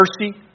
mercy